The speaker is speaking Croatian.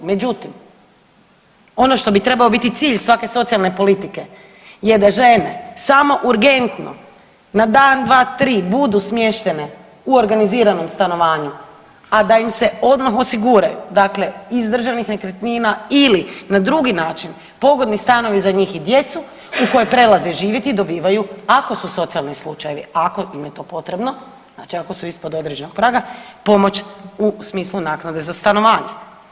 Međutim, ono što bi trebao biti cilj svake socijalne politike je da žene samo urgentno na dan, dva, tri budu smještene u organiziranom stanovanju, a da im se odmah osiguraju dakle iz državnih nekretnina ili na drugi način pogodni stanovi za njih i djecu u koje prelaze živjeti i dobivaju ako su socijalni slučajevi, ako im je to potrebno, znači ako su ispod određenog praga pomoć u smislu naknade za stanovanje.